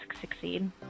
succeed